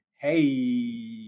Hey